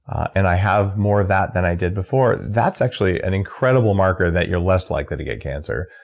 and i have more of that than i did before. that's actually an incredible marker that you're less likely to get cancer,